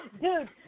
Dude